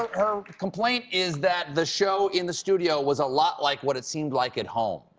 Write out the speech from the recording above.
her complaint is that the show in the studio was a lot like what it seemed like at home.